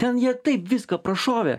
ten jie taip viską prašovė